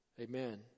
Amen